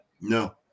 No